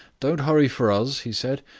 don't hurry for us, he said,